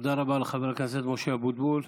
תודה רבה לחבר הכנסת משה אבוטבול.